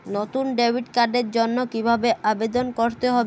নতুন ডেবিট কার্ডের জন্য কীভাবে আবেদন করতে হবে?